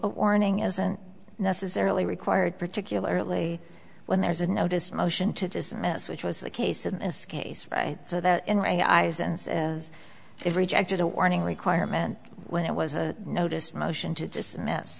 a warning isn't necessarily required particularly when there is a notice motion to dismiss which was the case in this case right so that in my eyes and says it rejected a warning requirement when it was a notice motion to